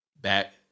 back